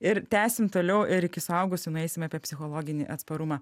ir tęsim toliau ir iki suaugusių nueisime apie psichologinį atsparumą